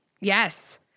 Yes